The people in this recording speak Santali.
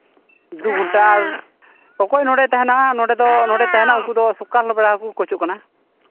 ᱫᱩ ᱜᱷᱚᱱᱴᱟ ᱟᱨ ᱚᱠᱚᱭ ᱱᱚᱸᱰᱮᱭ ᱛᱟᱦᱮᱱᱟ ᱱᱚᱸᱰᱮ ᱛᱟᱦᱮᱱᱟ ᱩᱱᱠᱩ ᱫᱚ ᱥᱚᱠᱟᱞ ᱵᱮᱞᱟ ᱦᱚᱸᱠᱚ ᱠᱳᱪᱚᱜ ᱠᱟᱱᱟ